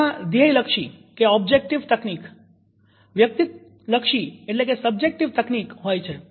તેમાં ધ્યેયલક્ષી તકનીક વ્યક્તિલક્ષી તકનીક હોય છે